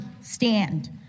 stand